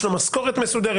יש לו משכורת מסודרת,